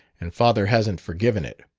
and father hasn't forgiven it.